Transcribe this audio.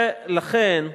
לכן,